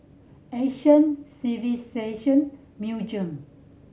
Asian Civilisation Museum